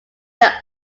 their